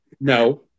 No